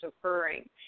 occurring